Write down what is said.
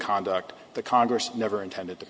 conduct the congress never intended to